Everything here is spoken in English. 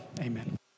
amen